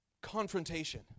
confrontation